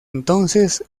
entonces